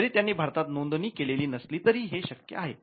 जरी त्यांनी भारतात नोंदणी केलेली नसली तरी हे शक्य आहे